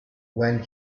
when